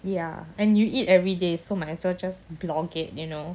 ya and you eat everyday so might as well just blog it you know